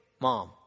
Mom